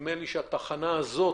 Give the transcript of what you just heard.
נדמה לי שהתחנה הזו